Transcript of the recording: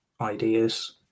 ideas